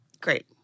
Great